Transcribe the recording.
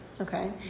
okay